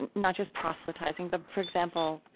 and not just proselytizing, but, for example,